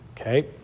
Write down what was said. Okay